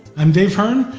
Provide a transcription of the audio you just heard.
i'm dave hearn,